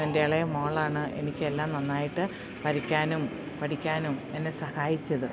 എൻ്റെ ഇളയ മോളാണ് എനിക്ക് എല്ലാം നന്നായിട്ട് വരയ്ക്കാനും പഠിക്കാനും എന്നെ സഹായിച്ചത്